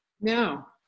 no